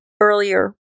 earlier